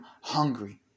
hungry